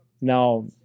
Now